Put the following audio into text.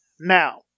now